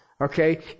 Okay